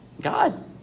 God